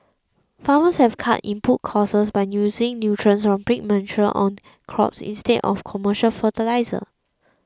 farmers have cut input costs by using nutrients from pig manure on crops instead of commercial fertiliser